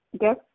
Yes